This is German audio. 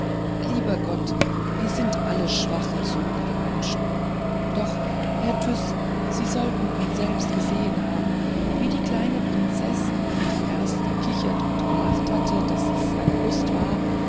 lieber gott wir sind alle schwache sündige menschen doch herr tyß sie sollten nun selbst gesehen haben wie die kleine prinzeß die erst gekichert und gelacht hatte daß es eine lust war